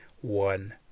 one